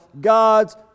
God's